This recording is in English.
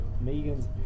Megan's